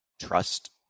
trust